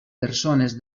persones